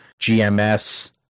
GMS